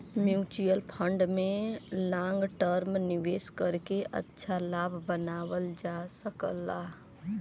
mutual fund में long term निवेश करके अच्छा लाभ बनावल जा सकला